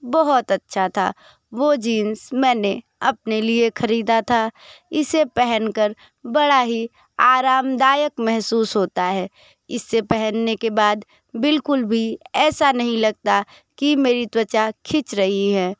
बहुत अच्छा था वो जीन्स मैंने अपने लिए खरीदा था इसे पहनकर बड़ा ही आरामदायक महसूस होता है इसे पहनने के बाद बिल्कुल भी ऐसा नहीं लगता कि मेरी त्वचा खिंच रही है